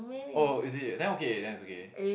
oh is it then okay then it's okay